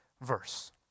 verse